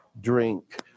drink